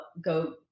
go